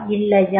இல்லையா